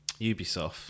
Ubisoft